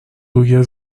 روی